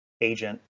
agent